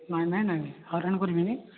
ନାହିଁ ନାହିଁ ନାହିଁ ନାହିଁ ହଇରାଣ କରିବିନି